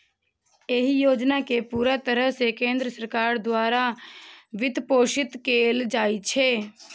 एहि योजना कें पूरा तरह सं केंद्र सरकार द्वारा वित्तपोषित कैल जाइ छै